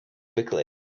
quickly